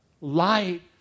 Light